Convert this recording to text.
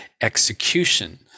execution